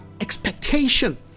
expectation